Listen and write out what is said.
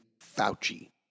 Fauci